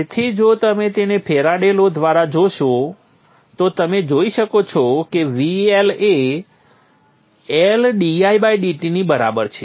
તેથી જો તમે તેને ફેરાડે લૉ દ્વારા જોશો તો તમે જોઇ શકો છો કે VL એ L didt ની બરાબર છે